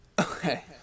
Okay